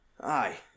aye